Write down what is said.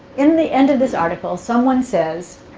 in the end of this article, someone says,